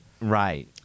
Right